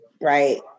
right